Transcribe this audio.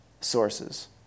sources